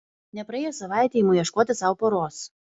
nepraėjus savaitei imu ieškoti sau poros